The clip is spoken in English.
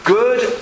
good